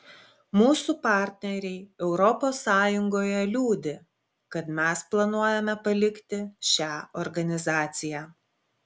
mūsų partneriai europos sąjungoje liūdi kad mes planuojame palikti šią organizaciją